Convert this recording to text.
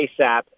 ASAP